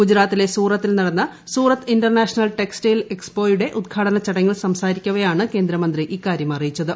ഗുജറാത്തിലെ സൂറത്തിൽ നടന്ന സൂറത്ത് ഇന്റർനാഷണൽ ടെക്സ്റ്റൈൽ എക് സ്പോയുടെ ഉദഘാടന ചടങ്ങിൽ പ്രസ്സാരിക്കവേ ആണ് കേന്ദ്രമന്ത്രി ഇക്കാര്യം അറിയിച്ചത്